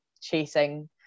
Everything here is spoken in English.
chasing